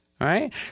right